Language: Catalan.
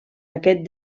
aquest